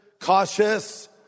cautious